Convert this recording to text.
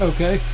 Okay